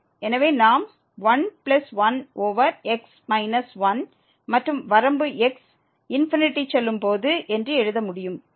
எனவே நாம் 1 plus 1 over x minus 1 மற்றும் வரம்பு x ∞ செல்லும் போது என்று எழுத முடியும்